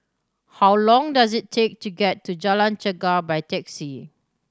how long does it take to get to Jalan Chegar by taxi